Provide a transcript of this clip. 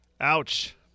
Ouch